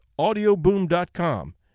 AudioBoom.com